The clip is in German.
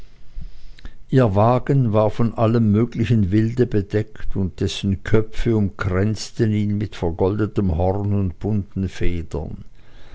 ihr wagen war von allem möglichen wilde bedeckt und dessen köpfe umkränzten ihn mit vergoldetem horn und bunten federn